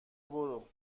برو